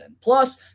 Plus